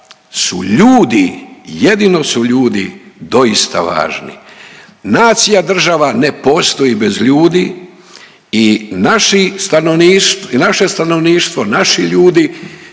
su ljudi jedino su ljudi doista važni. Nacija država ne postoji bez ljudi i naše stanovništvo, naši ljudi